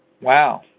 Wow